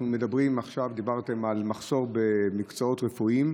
עכשיו דיברתם על מחסור במקצועות רפואיים,